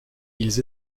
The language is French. ils